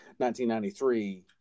1993